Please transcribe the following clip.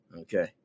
Okay